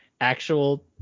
actual